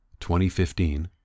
2015